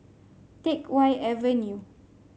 Teck Whye Avenue